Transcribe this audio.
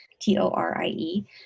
T-O-R-I-E